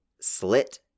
slit